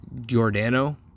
Giordano